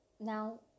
Now